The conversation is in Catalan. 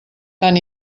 tant